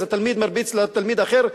אז התלמיד מרביץ לתלמיד אחר,